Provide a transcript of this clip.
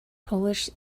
polish